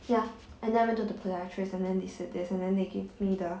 ya and then I went to the podiatrist and then they said this and then they give me the